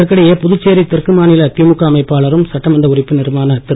இதற்கிடையே புதுச்சேரி தெற்கு மாநில் திமுக அமைப்பாளரும் சட்டமன்ற உறுப்பினருமான திரு